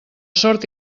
sort